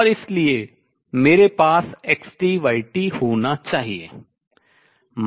और इसलिए मेरे पास xtyt होना चाहिए